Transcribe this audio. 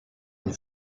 une